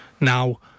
Now